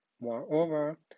Moreover